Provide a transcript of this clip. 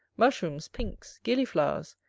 mushrooms, pinks, gilliflowers,